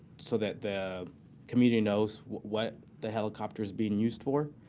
so that the community knows what the helicopter's being used for.